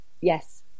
yes